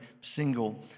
single